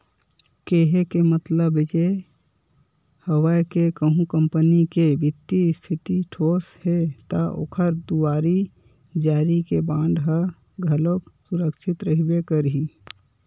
केहे के मतलब ये हवय के कहूँ कंपनी के बित्तीय इस्थिति ठोस हे ता ओखर दुवारी जारी के बांड ह घलोक सुरक्छित रहिबे करही